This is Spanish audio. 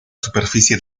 superficie